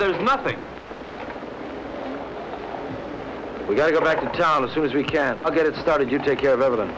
there's nothing we gotta go back to dallas soon as we can get it started you take care of evidence